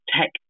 tech